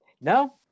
No